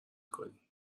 کنی